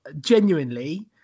Genuinely